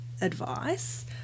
advice